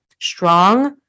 strong